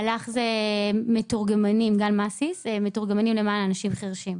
מלאח זה מתורגמנים למען אנשים חרשים.